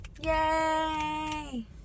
Yay